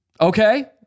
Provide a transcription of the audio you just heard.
Okay